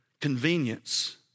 convenience